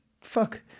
fuck